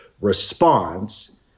response